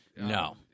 No